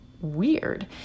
weird